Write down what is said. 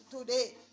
today